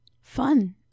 Fun